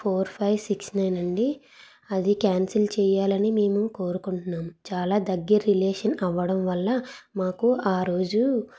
four five six nine అండి అది cancel చేయాలని మేము కోరుకుంటున్నాం చాలా దగ్గర రిలేషన్ అవ్వడం వల్ల మాకు ఆ రోజు